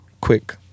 quick